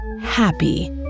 happy